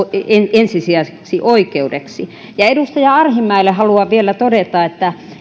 ensisijaiseksi oikeudeksi edustaja arhinmäelle haluan vielä todeta että